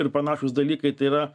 ir panašūs dalykai tai yra